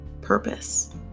purpose